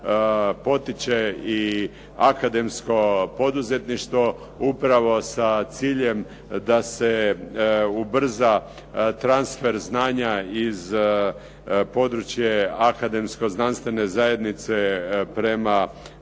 potiče i akademsko poduzetništvo upravo sa ciljem da se ubrza transfer znanja iz područja akademsko-znanstvene zajednice prema